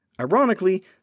Ironically